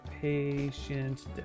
patient